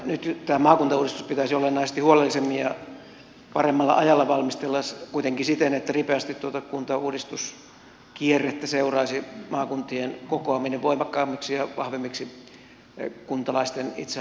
nyt tämä maakuntauudistus pitäisi olennaisesti huolellisemmin ja paremmalla ajalla valmistella kuitenkin siten että tuota kuntauudistuskierrettä seuraisi ripeästi maakuntien kokoaminen voimakkaammiksi ja vahvemmiksi kuntalaisten itsehallinnon välineiksi